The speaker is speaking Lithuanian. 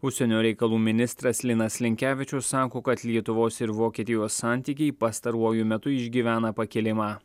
užsienio reikalų ministras linas linkevičius sako kad lietuvos ir vokietijos santykiai pastaruoju metu išgyvena pakilimą